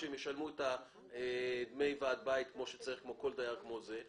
שהם ישלמו את דמי ועד בית כמו כל דייר אחר,